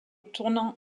tournant